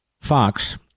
Fox